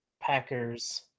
packers